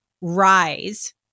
rise